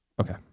Okay